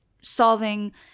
solving